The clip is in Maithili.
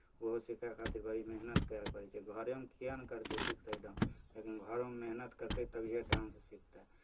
ओहो सीखय खातिर बड़ी मेहनत करय लेल पड़ै छै घरेमे किएक नहि करतै सिखतै डान्स लेकिन घरमे मेहनति करतै तभिए डान्स सिखतै